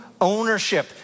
ownership